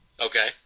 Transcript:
Okay